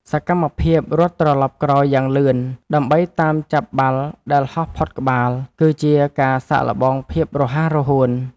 សកម្មភាពរត់ត្រឡប់ក្រោយយ៉ាងលឿនដើម្បីតាមចាប់បាល់ដែលហោះផុតក្បាល គឺជាការសាកល្បងភាពរហ័សរហួន។